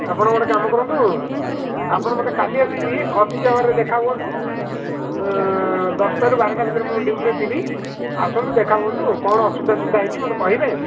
ଆପଣ ଗୋଟେ କାମ କରନ୍ତୁ ଆପଣ ମୋତେ କାଲି ଆସିକରି ଅଫିସ୍ ଆୱାରରେ ଆସି ଦେଖା କରନ୍ତୁ ଦଶଟାରୁ ବାରଟା ଭିତରେ ମୁଁ ଡ୍ୟୁଟିରେ ଥିବି ଆସନ୍ତୁ ଦେଖା କରନ୍ତୁ କ'ଣ ଅସୁବିଧା ସୁବିଧା ହେଇଛି ମୋତେ କହିବେ